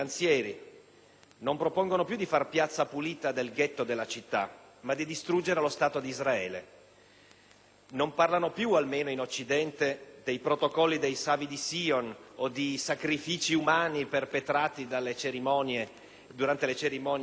non propongono più di far piazza pulita del ghetto della città, ma di distruggere lo Stato di Israele; non parlano più, almeno in Occidente, dei Protocolli dei Savi di Sion o di sacrifici umani perpetrati durante le cerimonie ebraiche,